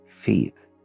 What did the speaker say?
faith